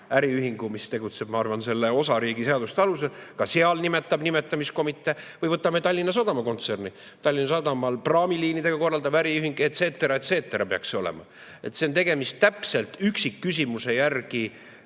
äriühing, mis tegutseb, ma arvan, selle osariigi seaduste alusel, ka seal nimetab nimetamiskomitee. Või võtame Tallinna Sadama kontserni. Tallinna Sadam on praamiliinidega korraldav äriühing, et cetera, et ceterapeaks see olema. Siin on tegemist täpselt üksikküsimuse järgi